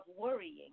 worrying